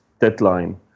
deadline